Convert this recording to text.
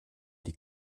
die